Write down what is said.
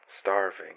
starving